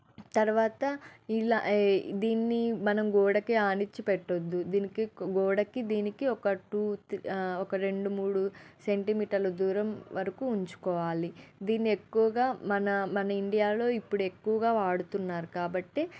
తర్వాత ఇలా ఈ దీన్ని మనం గోడకి ఆనిచ్చి పెట్టొద్దు దీనికి గోడకి దీనికి ఒక టూ త్రి ఒక రెండు మూడు సెంటీమీటర్ల దూరం వరకు ఉంచుకోవాలి దీన్ని ఎక్కువగా మన మన ఇండియాలో ఇప్పుడు ఎక్కువగా వాడుతున్నారు కాబట్టి